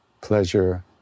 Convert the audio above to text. pleasure